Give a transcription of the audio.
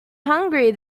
hungry